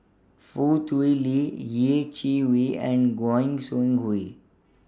Foo Tui Liew Yeh Chi Wei and Goi Seng Hui